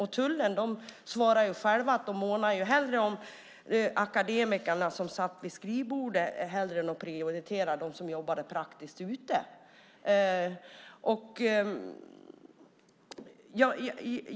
Och från tullen svarade de själva att de hellre månar om akademikerna som sitter vid skrivbordet än om dem som jobbar praktiskt ute.